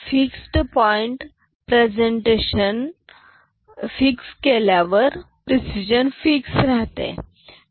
fixed point representation fix केल्यावर precision fix असते